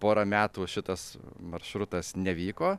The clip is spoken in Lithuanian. porą metų šitas maršrutas nevyko